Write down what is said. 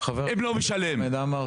אם הוא לא משלם יורים בו.